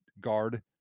guard